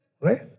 Right